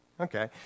Okay